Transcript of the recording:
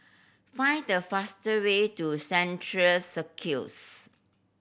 find the faster way to Central Circus